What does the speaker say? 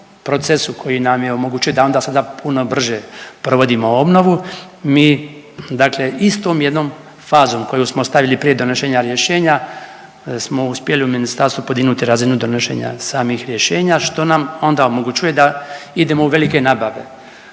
procesu koji nam je omogućio da onda sada puno brže provodimo obnovu, mi dakle istom jednom fazom koju smo stavili prije donošenja rješenja smo uspjeli u ministarstvu podignuti razinu donošenja samih rješenja što nam onda omogućuje da idemo u velike nabave.